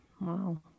Wow